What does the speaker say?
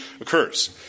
occurs